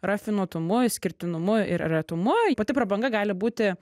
rafinuotumu išskirtinumu ir retumu pati prabanga gali būti